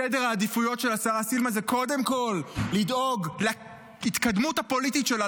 סדר העדיפויות של השרה סילמן זה קודם כול לדאוג להתקדמות הפוליטית שלה,